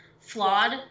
flawed